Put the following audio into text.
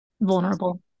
Vulnerable